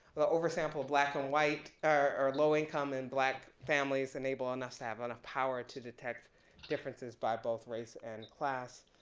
the over sample of black and white are low income in black families enabling us to have enough power to detect differences by both race and class.